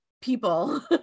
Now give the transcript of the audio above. people